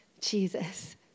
Jesus